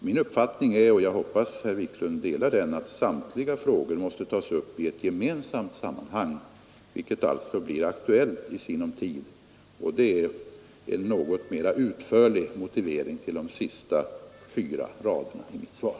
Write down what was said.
Min uppfattning är — och jag hoppas att herr Wiklund delar den — att samtliga frågor måste tas upp i ett gemensamt sammanhang, vilket alltså blir aktuellt i sinom tid. Det är en något mera utförlig motivering till den sista meningen i mitt svar.